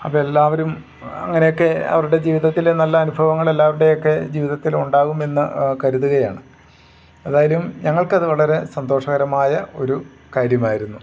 അപ്പോൾ എല്ലാവരും അങ്ങനെയൊക്കെ അവരുടെ ജീവിതത്തിലെ നല്ല അനുഭവങ്ങൾ എല്ലാവരുടെയൊക്കെ ജീവിതത്തിലുണ്ടാകുമെന്ന് കരുതുകയാണ് ഏതായാലും ഞങ്ങൾക്കത് വളരെ സന്തോഷകരമായ ഒരു കാര്യമായിരുന്നു